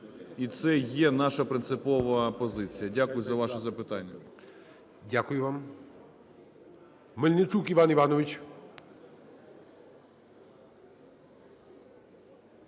і це є наша принципова позиція. Дякую за ваше запитання. ГОЛОВУЮЧИЙ. Дякую вам. Мельничук Іван Іванович.